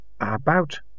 About